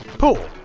paul!